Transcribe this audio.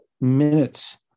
minutes